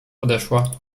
odeszła